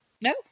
No